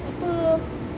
apa